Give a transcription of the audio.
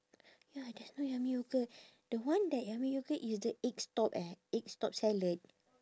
ya there's no yummy yogurt the one that yummy yogurt is the egg stop eh egg stop salad